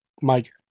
Mike